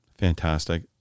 fantastic